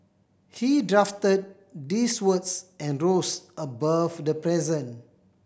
he drafted these words and rose above the present